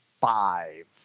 five